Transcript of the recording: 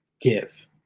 Give